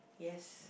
yes